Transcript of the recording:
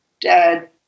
Dad